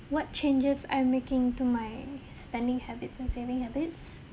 what changes I'm making to my spending habits and saving habits